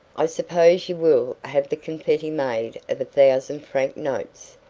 i suppose you will have the confetti made of thousand franc notes,